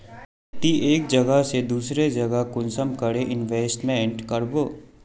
ती एक जगह से दूसरा जगह कुंसम करे इन्वेस्टमेंट करबो?